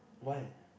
why